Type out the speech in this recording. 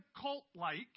cult-like